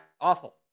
awful